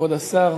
כבוד השר,